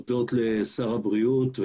אודות לשר הבריאות,